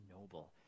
noble